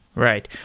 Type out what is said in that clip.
right.